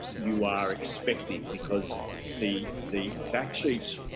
you are expecting because the the fact sheets